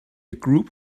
group